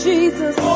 Jesus